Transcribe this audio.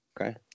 Okay